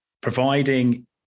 providing